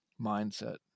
mindset